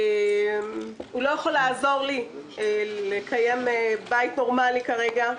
הוא לא יכול לעזור לי לקיים בית נורמלי כרגע,